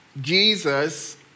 Jesus